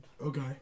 Okay